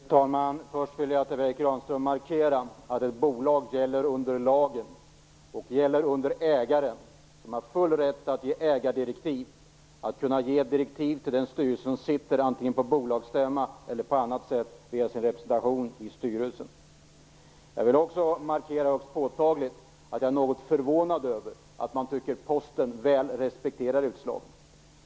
Fru talman! Först vill jag markera att ett bolag lyder under lagen och under ägaren, Per Erik Granström. Ägaren har full rätt att ge ägardirektiv till den styrelse som sitter, antingen på bolagsstämma eller på annat sätt via sin representation i styrelsen. Jag vill också högst påtagligt markera att jag är något förvånad över att man tycker att Posten väl respekterar utslaget.